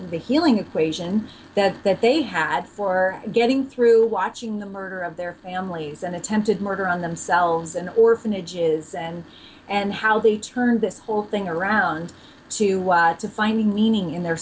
be healing equation that that they had for getting through watching the murder of their families and attempted murder on themselves and orphanages and and how they turned this whole thing around to finding meaning in the